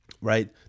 right